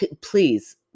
Please